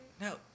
No